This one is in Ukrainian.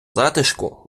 затишку